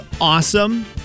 awesome